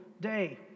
day